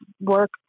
work